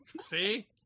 See